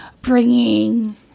bringing